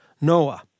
Noah